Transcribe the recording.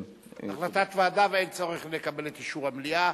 החלטת ועדה, ואין צורך לקבל את אישור המליאה.